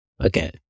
Okay